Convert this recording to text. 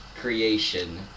creation